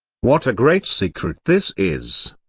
what a great secret this is.